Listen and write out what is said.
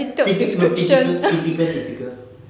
typi~ no typical typical typical typical